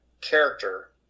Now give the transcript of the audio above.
character